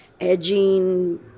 edging